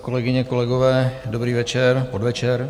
Kolegyně, kolegové, dobrý večer, podvečer.